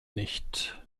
nicht